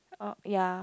orh ya